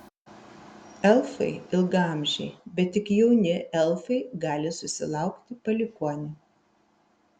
elfai ilgaamžiai bet tik jauni elfai gali susilaukti palikuonių